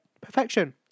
Perfection